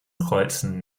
kreuzen